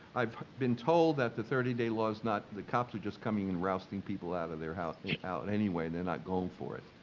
i've been told that the thirty day law is not, the cops are just coming and rousting people out of their house out anyway they're not going for it.